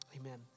amen